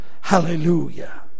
hallelujah